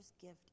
gift